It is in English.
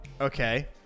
Okay